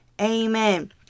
Amen